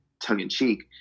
tongue-in-cheek